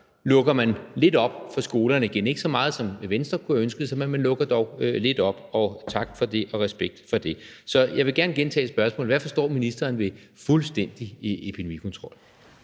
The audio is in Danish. lukker man lidt op for skolerne igen – ikke så meget, som Venstre kunne have ønsket sig, men man lukker dog lidt op, og tak for det, og respekt for det. Så jeg vil gerne gentage spørgsmålet: Hvad forstår ministeren ved fuldstændig epidemikontrol?